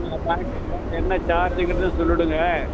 என்ன சார்ஜிங்கிறத சொல்லிடுங்கள்